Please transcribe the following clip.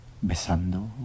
Besando